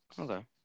Okay